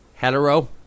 Hetero